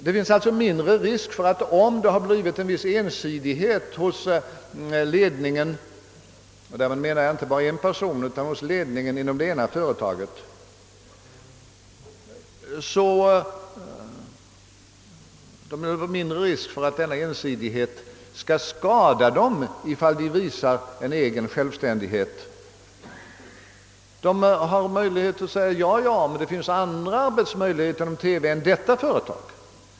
Om ledningen inom företaget börjat kännetecknas av en viss ensidighet — med ledningen menar jag då inte bara en person — så är risken för att det skall skada dem, om de visar självständighet, mindre ifall det finns flera företag. De har då möjlighet att säga, att det finns andra arbetsmöjligheter inom TV än just det företaget.